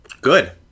Good